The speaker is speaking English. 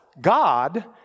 God